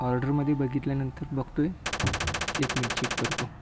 ऑर्डरमध्ये बघितल्यानंतर बघतो आहे एक मिनिट चेक करतो